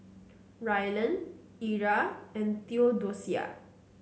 Rylan Era and Theodosia